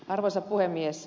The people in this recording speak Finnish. arvoisa puhemies